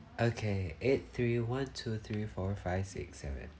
okay eight three one two three four five six seven